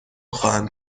خواهم